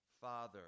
father